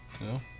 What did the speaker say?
no